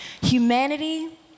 Humanity